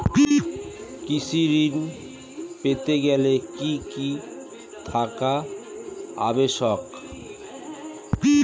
কৃষি ঋণ পেতে গেলে কি কি থাকা আবশ্যক?